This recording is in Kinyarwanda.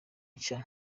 nshya